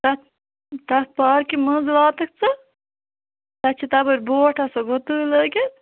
تتھ تتھ پارکہ مَنٛز واتَکھ ژٕ تتھ چھ تَپٲر بوٹ آسان گُتٕلۍ لٲگِتھ